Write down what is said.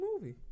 movie